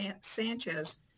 Sanchez